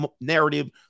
narrative